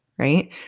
right